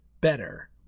better